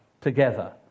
together